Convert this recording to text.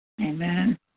Amen